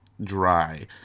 dry